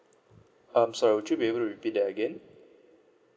um sorry would you be able to repeat that again